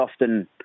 often